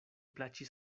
plaĉis